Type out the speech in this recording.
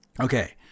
Okay